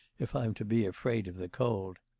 if i'm to be afraid of the cold.